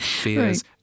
fears